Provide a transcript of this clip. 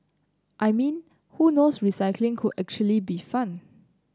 I mean who knows recycling could actually be fun